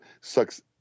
sucks